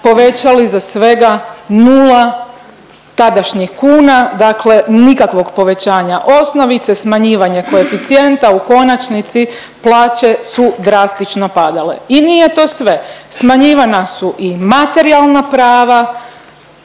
povećali za svega nula tadašnjih kuna, dakle nikakvog povećanja osnovice, smanjivanje koeficijenta, u konačnici plaće su drastično padale i nije to sve, smanjivana su i materijalna prava,